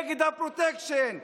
נגד הפרוטקשן,